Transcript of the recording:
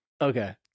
Okay